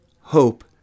hope